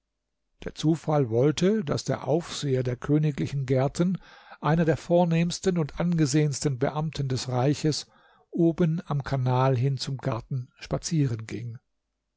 der zufall wollte daß der aufseher der königlichen gärten einer der vornehmsten und angesehensten beamten des reiches oben am kanal hin im garten spazieren ging